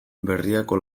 berriako